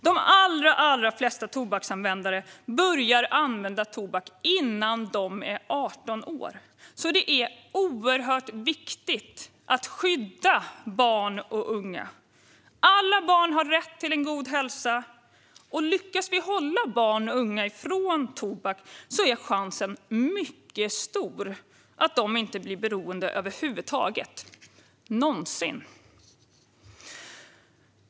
De allra flesta tobaksanvändare börjar använda tobak innan de är 18 år. Därför är det oerhört viktigt att skydda barn och unga. Alla barn har rätt till en god hälsa, och lyckas vi hålla barn och unga ifrån tobak är chansen mycket stor att de inte någonsin blir beroende.